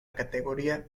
categoría